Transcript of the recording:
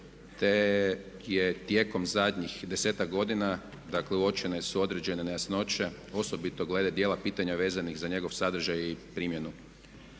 te je tijekom zadnjih desetak godina dakle uočene su određene nejasnoće osobito glede djela pitanja vezanih za njegov sadržaj i primjenu.